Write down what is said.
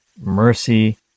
mercy